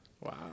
Wow